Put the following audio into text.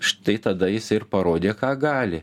štai tada jisai ir parodė ką gali